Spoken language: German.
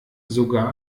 sogar